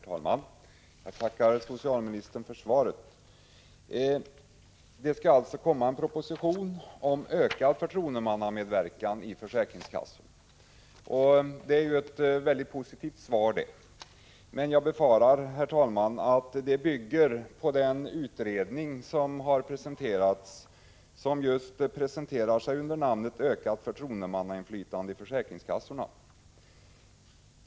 Herr talman! Jag tackar socialministern för svaret. Det skall alltså komma en proposition om ökad förtroendemannamedverkan i försäkringskassorna, och det är ju ett mycket positivt svar. Jag befarar emellertid, herr talman, att det bygger på den utredning som går under namnet ökat förtroendemannainflytande i försäkringskassorna.